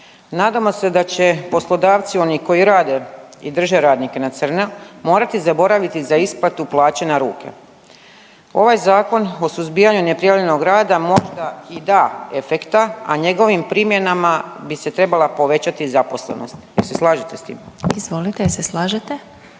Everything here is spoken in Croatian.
Nadamo se da će poslodavci oni koji rade i drže radnike na crno morati zaboraviti za isplatu plaće na ruke. Ovaj Zakon o suzbijanju neprijavljenog rada možda i da efekta, a njegovim primjenama bi se trebala povećati zaposlenost. Jel se slažete